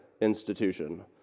institution